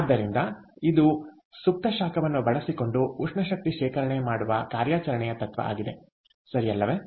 ಆದ್ದರಿಂದ ಇದು ಸುಪ್ತ ಶಾಖವನ್ನು ಬಳಸಿಕೊಂಡು ಉಷ್ಣ ಶಕ್ತಿ ಶೇಖರಣೆ ಮಾಡುವ ಕಾರ್ಯಾಚರಣೆಯ ತತ್ವವಾಗಿದೆ ಸರಿ ಅಲ್ಲವೇ